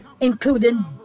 Including